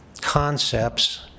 concepts